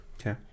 Okay